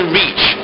reach